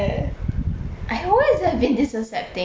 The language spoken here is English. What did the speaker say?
I always have been this accepting excuse you